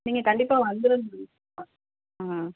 நீங்கள் கண்டிப்பாக வந்துடணும் மேம் ஆ